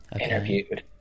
interviewed